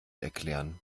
erklären